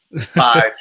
Five